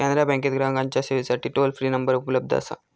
कॅनरा बँकेत ग्राहकांच्या सेवेसाठी टोल फ्री नंबर उपलब्ध असा